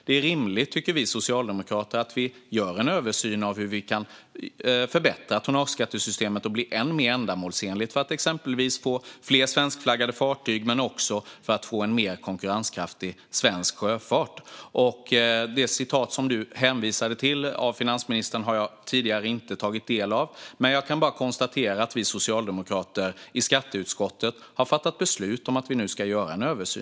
Vi socialdemokrater tycker att det är rimligt att det görs en översyn av hur tonnageskattesystemet kan förbättras och bli än mer ändamålsenligt för att exempelvis få fler svenskflaggade fartyg men också mer konkurrenskraftig svensk sjöfart. Finansministerns citat som du hänvisade till har jag inte tagit del av tidigare. Men jag kan konstatera att vi socialdemokrater i skatteutskottet har fattat beslut om att det ska göras en översyn.